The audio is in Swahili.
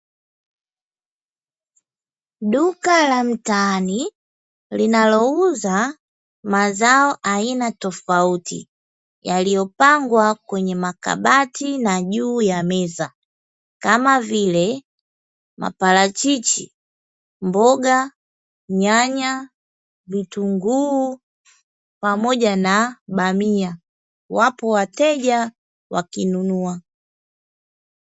Duka la mtaani linalouza mazao aina tofauti, yaliyopangwa kwenye makabati na juu ya meza, kama vile: maparachichi, mboga, nyanya, vitunguu pamoja na bamia. Wapo wateja wakinunua.